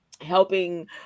helping